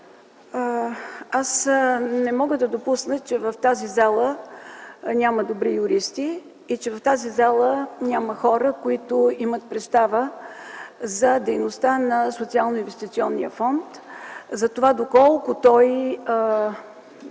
аз не мога да допусна, че в тази зала няма добри юристи и че в тази зала няма хора, които имат представа за дейността на Социалноинвестиционния фонд, за това доколко той